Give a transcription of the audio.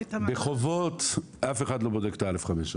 את ה- -- בחובות אף אחד לא בודק את ה-א.5 שלו.